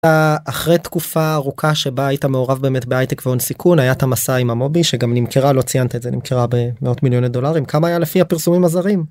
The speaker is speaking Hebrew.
אחרי תקופה ארוכה שבה היית מעורב באמת בהייטק והון-סיכון, היה את המסע עם המובי שגם נמכרה, לא ציינת את זה, נמכרה במאות מיליוני דולרים. כמה היה לפי הפרסומים הזרים.